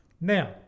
Now